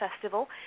Festival